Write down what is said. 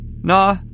Nah